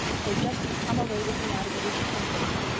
so just you come away with me out of the reach of temptation.